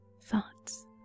thoughts